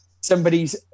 somebody's